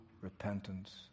repentance